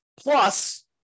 Plus